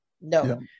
No